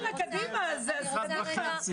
משם נכבשתי לנושא הזה שזה נושא מאוד חשוב.